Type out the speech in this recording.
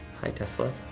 hi tesla,